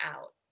out